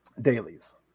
dailies